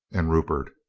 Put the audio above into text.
and rupert.